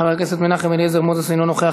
חבר הכנסת מנחם אליעזר מוזס, אינו נוכח.